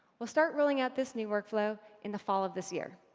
we'll start rolling out this new workflow in the fall of this year.